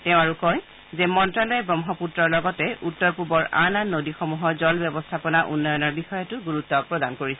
তেওঁ আৰু কয় যে মন্ত্যালয়ে ৱহ্মপূত্ৰৰ লগতে উত্তৰ পূবৰ আন আন নদীসমূহৰ জলব্যৱস্থাপনা উন্নয়নৰ বিষয়টো গুৰুত্ব প্ৰদান কৰিছে